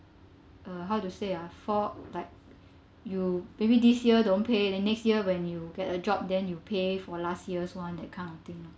uh how to say ah for like you maybe this year don't pay then next year when you get a job then you pay for last year's one that kind of thing lah